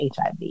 HIV